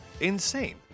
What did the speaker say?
insane